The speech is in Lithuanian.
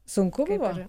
sunku buvo